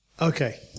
Okay